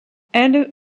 elle